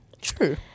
True